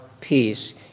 peace